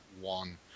one